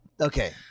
okay